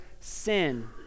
sin